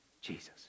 Jesus